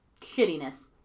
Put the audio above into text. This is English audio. shittiness